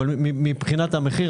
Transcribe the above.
אבל מבחינת המחיר,